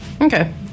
okay